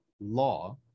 law